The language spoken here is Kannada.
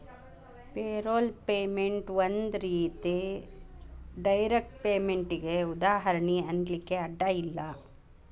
ಪೇರೊಲ್ಪೇಮೆನ್ಟ್ ಒಂದ್ ರೇತಿ ಡೈರೆಕ್ಟ್ ಪೇಮೆನ್ಟಿಗೆ ಉದಾಹರ್ಣಿ ಅನ್ಲಿಕ್ಕೆ ಅಡ್ಡ ಇಲ್ಲ